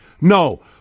No